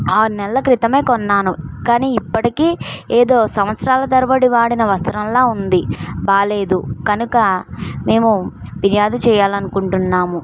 ఆరు నెలల క్రితం కొన్నాను కానీ ఇప్పటికీ ఏదో సంవత్సరాల తరబడి వాడిన వస్త్రంలాగా ఉంది బాలేదు కనుక మేము ఫిర్యాదు చేయాలని అనుకుంటున్నాము